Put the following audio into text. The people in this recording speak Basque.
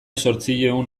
zortziehun